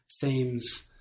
themes